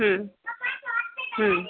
ಹ್ಞೂ ಹ್ಞೂ